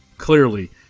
clearly